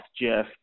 Jeff